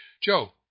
Joe